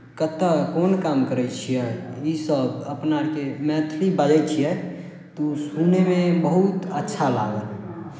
कतय कोन काम करै छियै इसभ अपना आरके मैथिली बाजै छियै तऽ ओ सुनयमे बहुत अच्छा लागत